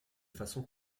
façon